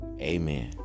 Amen